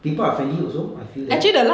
people are friendly I feel